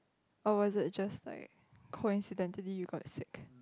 or was it just like coincidentally you got sick